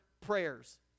prayers